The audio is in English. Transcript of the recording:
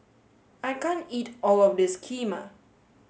I can't eat all of this Kheema